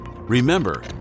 Remember